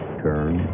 turn